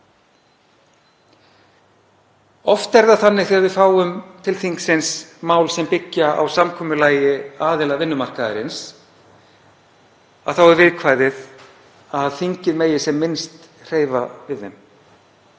Oft er það þannig að þegar við fáum til þingsins mál sem byggja á samkomulagi aðila vinnumarkaðarins er viðkvæðið að þingið megi sem minnst hreyfa við þeim.